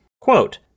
Quote